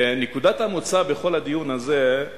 נקודת המוצא בכל הדיון הזה,